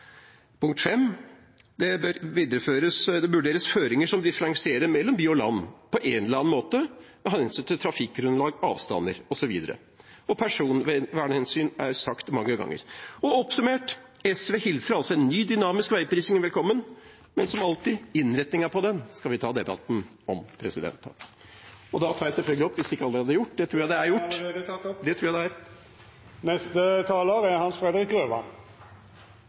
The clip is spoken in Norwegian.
Det bør vurderes føringer som differensierer mellom by og land på en eller annen måte – av hensyn til trafikkgrunnlag, avstander, osv. Personvernhensyn er et annet moment, og det er nevnt mange ganger. Oppsummert: SV hilser altså en ny dynamisk veiprising velkommen, men, som alltid: Innretningen av den skal vi ta debatten om. Jeg vil takke saksordføreren og komiteen for et grundig arbeid med saken, hvor det